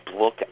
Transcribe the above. look